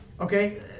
Okay